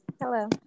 Hello